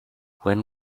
when